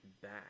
back